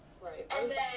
Right